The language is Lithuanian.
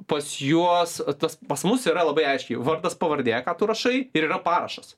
pas juos tas pas mus yra labai aiškiai vardas pavardė ką tu rašai ir yra parašas